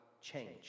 change